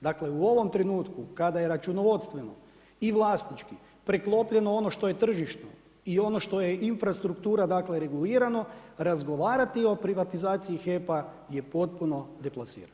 Dakle, u ovom trenutku kada je računovodstveno i vlasnički preklopljeno ono što je tržišno i ono što je infrastruktura dakle, regulirano, razgovarati o privatizaciji HEP-a je potpuno deplasirano.